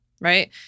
Right